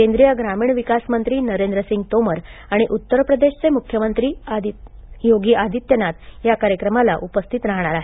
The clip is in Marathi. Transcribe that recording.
केंद्रीय ग्रामीण विकास मंत्री नरेंद्रसिंग तोमर आणि उत्तर प्रदेशचे मुख्यमंत्री आदित्यनाथ योगी या कार्यक्रमाला उपस्थित राहाणार आहेत